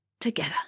together